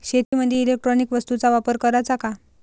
शेतीमंदी इलेक्ट्रॉनिक वस्तूचा वापर कराचा का?